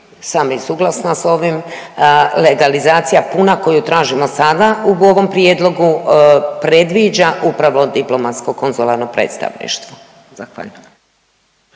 sam i suglasna s ovim. Legalizacija puna koju tražimo sada u ovom prijedlogu predviđa upravo diplomatsko konzularno predstavništvo, zahvaljujem.